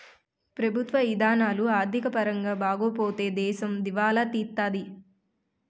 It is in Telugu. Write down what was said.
ప్రభుత్వ ఇధానాలు ఆర్థిక పరంగా బాగోపోతే దేశం దివాలా తీత్తాది